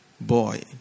boy